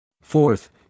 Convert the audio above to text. Fourth